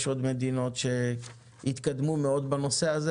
יש עוד מדינות שהתקדמו מאוד בנושא הזה,